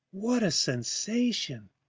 what a sensation!